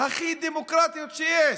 הכי דמוקרטיות שיש,